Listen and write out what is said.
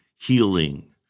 healing